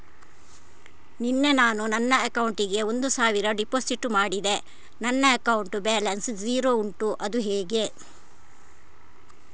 ನಿನ್ನೆ ನಾನು ನನ್ನ ಅಕೌಂಟಿಗೆ ಒಂದು ಸಾವಿರ ಡೆಪೋಸಿಟ್ ಮಾಡಿದೆ ನನ್ನ ಅಕೌಂಟ್ ಬ್ಯಾಲೆನ್ಸ್ ಝೀರೋ ಉಂಟು ಅದು ಹೇಗೆ?